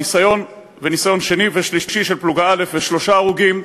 ניסיון שני ושלישי של פלוגה א' ושלושה הרוגים,